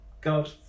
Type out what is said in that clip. god